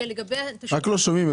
לא שומעים.